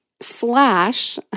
slash